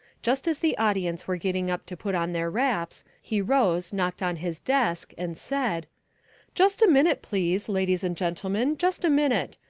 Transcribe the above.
just as the audience were getting up to put on their wraps, he rose, knocked on his desk and said just a minute, please, ladies and gentlemen, just a minute.